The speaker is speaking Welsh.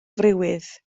friwydd